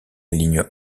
ligne